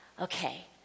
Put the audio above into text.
Okay